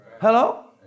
Hello